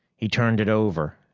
he turned it over,